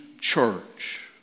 church